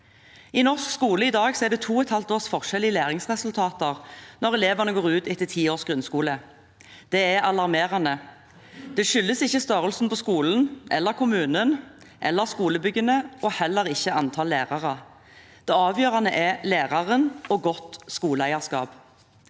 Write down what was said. I norsk skole i dag er det to og et halvt års forskjell i læringsresultater når elevene går ut etter ti års grunnskole. Det er alarmerende. Det skyldes ikke størrelsen på skolen, kommunen eller skolebyggene, heller ikke antall lærere. Det avgjørende er læreren og godt skoleeierskap.